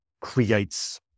creates